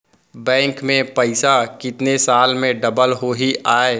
Bank में पइसा कितने साल में डबल होही आय?